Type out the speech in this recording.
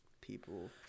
people